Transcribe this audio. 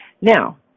Now